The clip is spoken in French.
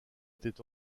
était